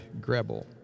Grebel